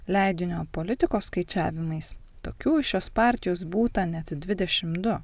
leidinio politikos skaičiavimais tokių iš šios partijos būta net dvidešim du